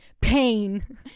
pain